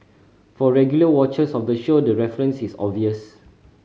for regular watchers of the show the reference is obvious